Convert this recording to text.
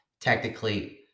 technically